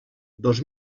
dos